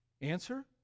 Answer